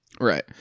Right